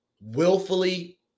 willfully